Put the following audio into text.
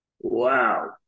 Wow